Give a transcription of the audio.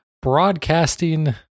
broadcasting